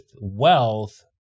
wealth